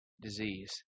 disease